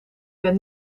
bent